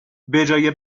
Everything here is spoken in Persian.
بجای